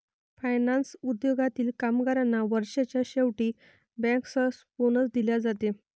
finance उद्योगातील कामगारांना वर्षाच्या शेवटी बँकर्स बोनस दिला जाते